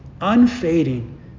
unfading